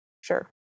sure